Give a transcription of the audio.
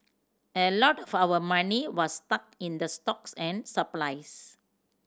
a lot of our money was stuck in the stocks and supplies